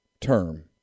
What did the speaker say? term